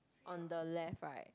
on the left right